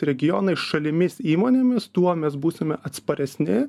regionais šalimis įmonėmis tuo mes būsime atsparesni